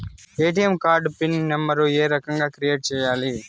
ATM card pin number ఏ రకంగా create సేయాలి